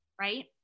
right